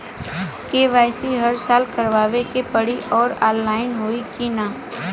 KYC हर साल करवावे के पड़ी और ऑनलाइन होई की ना?